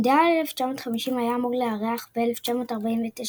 מונדיאל 1950 היה אמור להיערך ב-1949,